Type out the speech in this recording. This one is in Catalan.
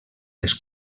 les